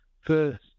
First